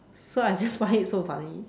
so I just find it so funny